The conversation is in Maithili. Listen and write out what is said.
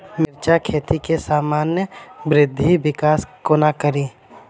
मिर्चा खेती केँ सामान्य वृद्धि विकास कोना करि?